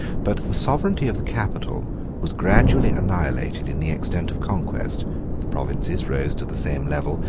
but the sovereignty of the capital was gradually annihilated in the extent of conquest the provinces rose to the same level,